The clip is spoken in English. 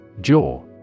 Jaw